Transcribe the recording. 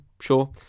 sure